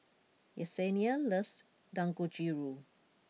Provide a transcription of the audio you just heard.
Yesenia loves Dangojiru